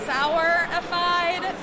Sourified